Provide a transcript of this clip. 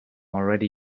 already